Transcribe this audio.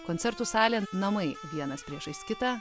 koncertų salė namai vienas priešais kitą